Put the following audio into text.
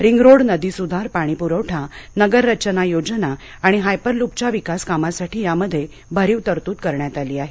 ring road नदी सुधार पाणीप्रवठा नगर रचना योजना आणि हायपरलूपच्या विकास कामासाठी यामध्ये भरीव तरतूद करण्यात आली आहे